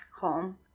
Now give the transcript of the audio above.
home